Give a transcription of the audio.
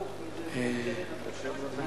אני אענה לך.